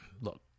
look